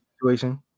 situation